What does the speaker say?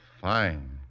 fine